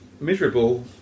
miserable